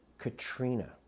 Katrina